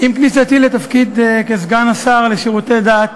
עם כניסתי לתפקיד סגן השר לשירותי דת,